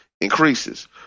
increases